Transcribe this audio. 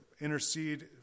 intercede